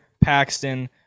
Paxton